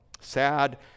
Sad